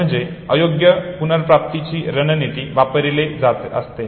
म्हणजे अयोग्य पुनरप्राप्तीची रणनीती वापरली जात असते